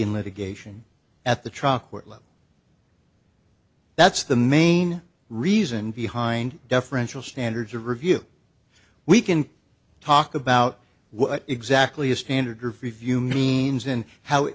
in litigation at the trial court level that's the main reason behind deferential standards of review we can talk about what exactly a standard or review means and how it